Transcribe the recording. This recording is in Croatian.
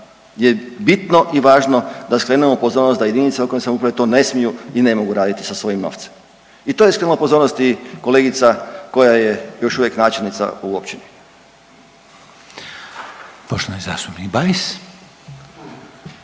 je bitno i važno da skrenemo pozornost da i jedinice lokalne samouprave to ne smiju i ne mogu raditi sa svojim novcem. I to je skrenula pozornost i kolegica koja je još uvijek načelnica u općini. **Reiner, Željko